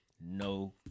no